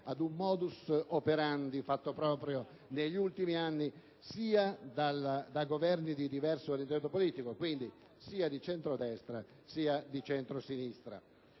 ad un *modus operandi* fatto proprio negli ultimi anni da Governi di diverso orientamento politico, quindi sia di centrodestra sia di centrosinistra.